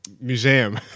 Museum